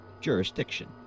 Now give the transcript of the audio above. jurisdiction